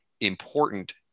important